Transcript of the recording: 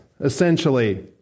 essentially